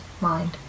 mind